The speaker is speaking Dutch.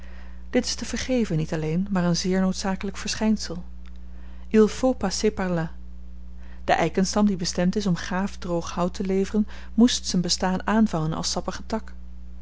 daarboven dit is te vergeven niet alleen maar een zeer noodzakelyk verschynsel il faut passer par là de eikenstam die bestemd is om gaaf droog hout te leveren moest z'n bestaan aanvangen als sappige tak